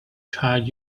charge